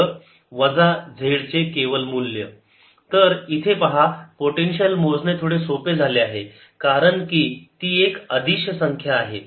Vz2πσ4π00Rrdrr2z2 Let r2z2y2ydyrdr Vz2πσ4π0।z।R2z2ydyy20R2z2 z तर इथे पहा पोटेन्शियल मोजणे थोडे सोपे आहे कारण ती एक अदिश संख्या आहे